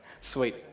sweet